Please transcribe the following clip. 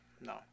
no